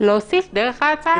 להוסיף דרך ההצעה הזאת?